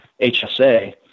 HSA